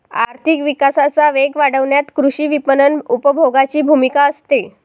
आर्थिक विकासाचा वेग वाढवण्यात कृषी विपणन उपभोगाची भूमिका असते